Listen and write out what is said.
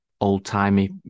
old-timey